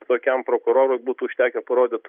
tokiam prokurorui būtų užtekę parodyt